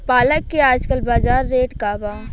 पालक के आजकल बजार रेट का बा?